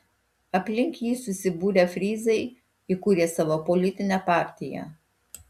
aplink jį susibūrę fryzai įkūrė savo politinę partiją